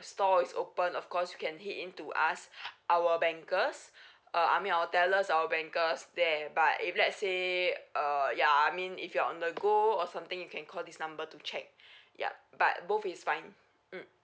store is open of course you can head in to us our bankers uh I mean our tellers our bankers there but if let's say uh ya I mean if you're on the go or something you can call this number to check yup but both is fine mm